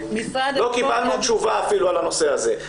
לא קיבלנו תשובה אפילו על הנושא הזה,